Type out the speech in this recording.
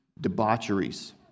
debaucheries